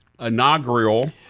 Inaugural